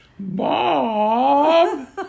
Bob